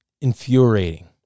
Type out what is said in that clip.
infuriating